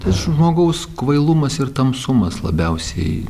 tas žmogaus kvailumas ir tamsumas labiausiai